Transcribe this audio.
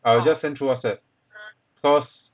I will just send through whatsapp cause